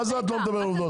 מה זה לא מדבר על עובדות?